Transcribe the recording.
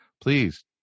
Please